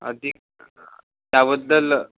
अधिक त्याबद्दल